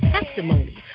Testimony